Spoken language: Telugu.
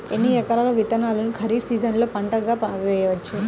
ఎన్ని రకాల విత్తనాలను ఖరీఫ్ సీజన్లో పంటగా వేయచ్చు?